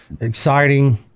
exciting